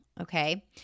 okay